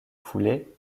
poulet